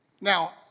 Now